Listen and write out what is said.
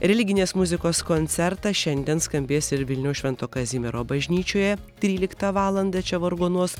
religinės muzikos koncertas šiandien skambės ir vilniaus švento kazimiero bažnyčioje tryliktą valandą čia vargonuos